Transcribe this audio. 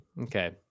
Okay